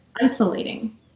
isolating